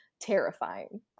terrifying